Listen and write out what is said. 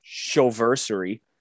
showversary